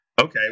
Okay